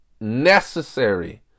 necessary